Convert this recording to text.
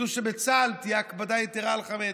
ידעו שבצה"ל תהיה הקפדה יתרה על חמץ,